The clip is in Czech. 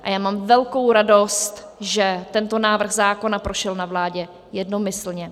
A já mám velkou radost, že tento návrh zákona prošel na vládě jednomyslně.